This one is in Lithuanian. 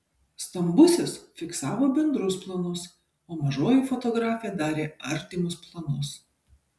stambusis fiksavo bendrus planus o mažoji fotografė darė artimus planus